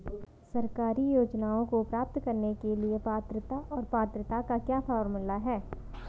सरकारी योजनाओं को प्राप्त करने के लिए पात्रता और पात्रता का क्या फार्मूला है?